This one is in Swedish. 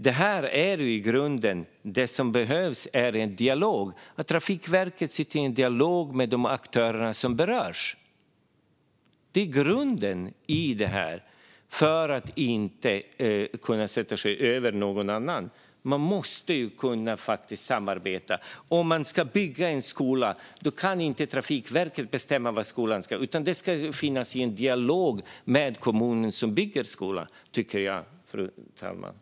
Det som i grunden behövs är en dialog. Trafikverket behöver sätta sig ned och ha en dialog med de aktörer som berörs. Det är grunden i detta, att man inte ska kunna sätta sig över någon annan. Man måste kunna samarbeta. Om man ska bygga en skola kan Trafikverket inte bestämma var skolan ska ligga, utan det ska finnas en dialog med kommunen som bygger skolan, tycker jag, fru talman.